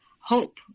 hope